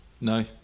No